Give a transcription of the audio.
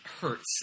hurts